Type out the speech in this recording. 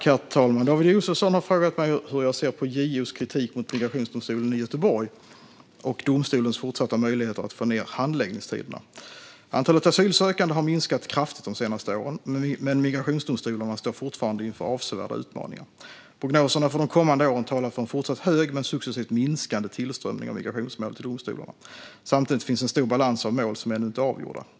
Herr talman! har frågat mig hur jag ser på JO:s kritik mot Migrationsdomstolen i Göteborg och domstolens fortsatta möjligheter att få ned handläggningstiderna. Antalet asylsökande har minskat kraftigt de senaste åren, men migrationsdomstolarna står fortfarande inför avsevärda utmaningar. Prognoserna för de kommande åren talar för en fortsatt hög men successivt minskande tillströmning av migrationsmål till domstolarna. Samtidigt finns en stor balans av mål som ännu inte är avgjorda.